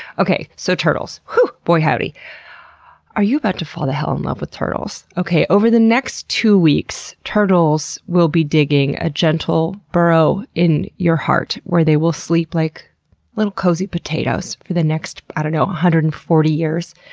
okay, so turtles. hooo! boy howdy are you about to fall the hell in love with turtles. okay over the next two weeks, turtles will be digging a gentle burrow in your heart where they will sleep like little cozy potatoes for the next, i don't know, one hundred and forty years.